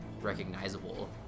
recognizable